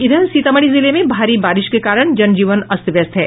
इधर सीतामढ़ी जिले में भारी बारिश के कारण जनजीवन अस्त व्यस्त है